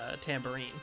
Tambourine